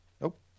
Nope